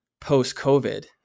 post-COVID